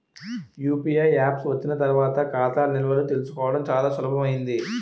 UPI apps వచ్చిన తర్వాత ఖాతా నిల్వలు తెలుసుకోవడం చాలా సులభమైంది